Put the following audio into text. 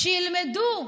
שילמדו.